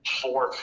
four